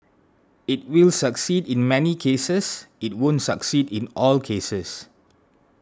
it will succeed in many cases it won't succeed in all cases